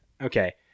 Okay